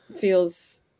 feels